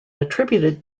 attributed